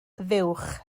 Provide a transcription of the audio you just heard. fuwch